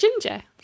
ginger